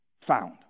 found